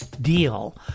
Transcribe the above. deal